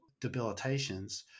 debilitations